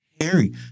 Harry